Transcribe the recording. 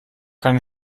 keine